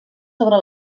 sobre